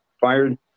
fired